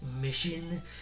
mission